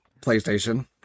PlayStation